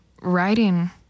writing